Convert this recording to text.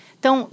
Então